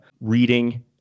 reading